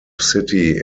city